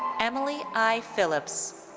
emily i. phillips.